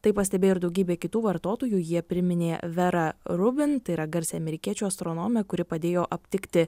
tai pastebėjo ir daugybė kitų vartotojų jie priminė verą rubin tai yra garsią amerikiečių astronomę kuri padėjo aptikti